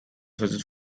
his